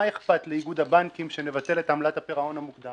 מה יכול להיות אכפת לאיגוד הבנקים שנבטל את עמלת הפירעון המוקדם?